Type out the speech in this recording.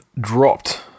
dropped